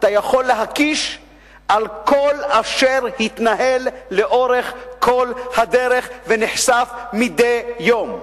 אתה יכול להקיש על כל אשר התנהל לאורך כל הדרך ונחשף מדי יום.